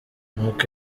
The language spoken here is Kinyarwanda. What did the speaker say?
n’uko